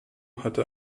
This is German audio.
hatte